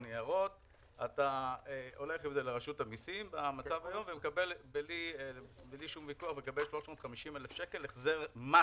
אתה הולך עם זה לרשות המיסים ומקבל 350,000 שקל החזר מס